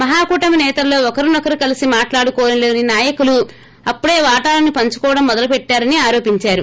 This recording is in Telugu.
మహాకూటమి నేతల్లో ఒకరినొకరు కలిసి మాట్లాడుకోలేని నాయకులు లప్పుడే వాటాలను పంచుకోవడం మొదలుపెట్టారని ఆరోపించారు